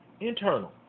internal